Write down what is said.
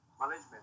management